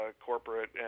corporate